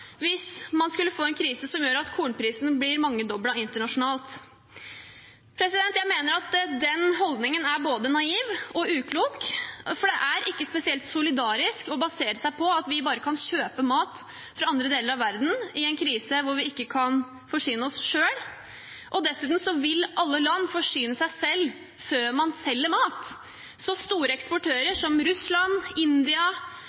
hvis man skulle få en krise som gjør at kornprisen blir mangedoblet internasjonalt. Jeg mener at den holdningen er både naiv og uklok, for det er ikke spesielt solidarisk å basere seg på at vi bare kan kjøpe mat fra andre deler av verden i en krise hvor vi ikke kan forsyne oss selv. Dessuten vil alle land forsyne seg selv før man selger mat. Store